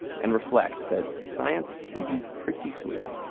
and reflect that science can be pretty sweet.